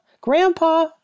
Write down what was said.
Grandpa